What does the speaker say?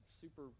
super